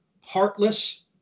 heartless